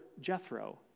Jethro